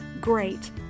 great